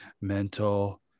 Mental